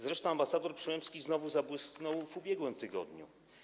Zresztą ambasador Przyłębski znowu zabłysnął w ubiegłym tygodniu.